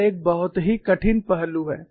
यह एक बहुत ही कठिन पहलू है